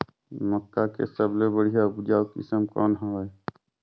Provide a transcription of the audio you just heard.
मक्का के सबले बढ़िया उपजाऊ किसम कौन हवय?